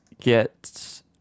get